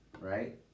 right